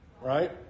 Right